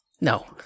No